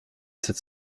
sept